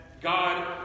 God